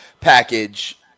Package